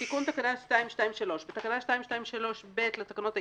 תיקון תקנה 223. בתקנה 223(ב) לתקנות העיקריות,